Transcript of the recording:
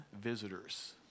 visitors